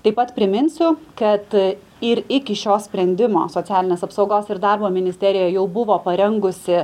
taip pat priminsiu kad ir iki šio sprendimo socialinės apsaugos ir darbo ministerija jau buvo parengusi